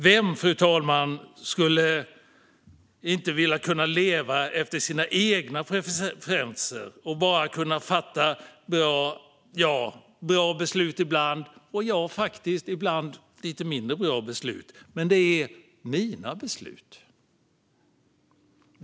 Vem vill inte leva efter sina preferenser och kunna fatta sina egna beslut, ibland bra och ibland kanske lite mindre bra?